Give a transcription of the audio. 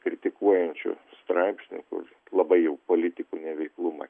kritikuojančių straipsnių kur labai jau politikų neveiklumą